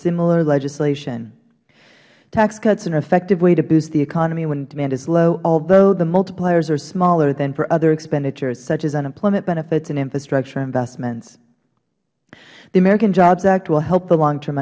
similar legislation tax cuts are an effective way to boost the economy when demand is low although the multipliers are smaller than for other expenditures such as unemployment benefits and infrastructure investments the american jobs act will help the long term